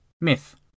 Myth